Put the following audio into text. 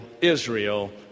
Israel